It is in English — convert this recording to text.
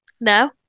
No